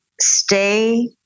stay